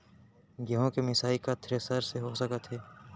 गेहूँ के मिसाई का थ्रेसर से हो सकत हे?